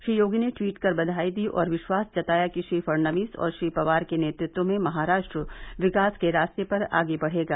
श्री योगी ने ट्वीट कर बधाई दी और विश्वास जताया कि श्री फड़नवीस और श्री पवार के नेतृत्व में महाराष्ट्र विकास के रास्ते पर आगे बढ़ेगा